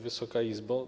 Wysoka Izbo!